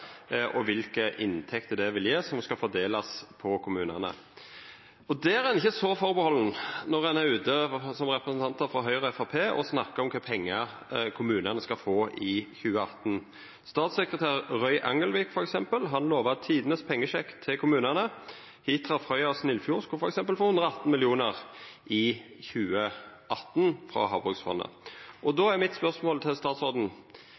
og kva inntekter det vil gje, som skal fordelast på kommunane. Ein er ikkje så atterhalden når ein er ute som representantar frå Høgre og Framstegspartiet og snakkar om kor mykje pengar kommunane skal få i 2018. Statssekretær Roy Angelvik lova tidenes pengesjekk til kommunane. Hitra, Frøya og Snillfjord skulle f.eks. få 118 mill. kr i 2018 frå Havbruksfondet. Då er spørsmålet mitt til statsråden: